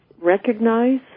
recognize